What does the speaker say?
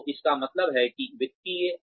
तो इसका मतलब है कि वित्तीय